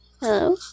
Hello